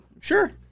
Sure